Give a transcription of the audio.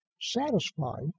satisfied